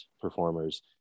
performers